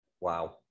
wow